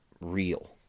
real